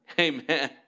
Amen